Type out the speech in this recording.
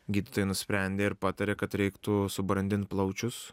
gydytojai nusprendė ir patarė kad reiktų subrandint plaučius